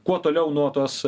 kuo toliau nuo tos